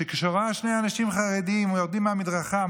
שכשרואה שני חרדים יורדים מהמדרכה,